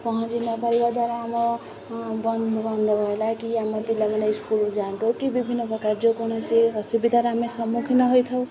ପହଞ୍ଚି ନପାରିବା ଦ୍ୱାରା ଆମ ବନ୍ଦ ବହିଲ କି ଆମ ପିଲାମାନେ ସ୍କୁଲ ଯାଆନ୍ତୁ କି ବିଭିନ୍ନ ପ୍ରକାର ଯେକୌଣସି ଅସୁବିଧାର ଆମେ ସମ୍ମୁଖୀନ ହୋଇଥାଉ